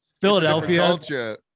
Philadelphia